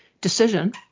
decision